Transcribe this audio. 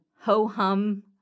ho-hum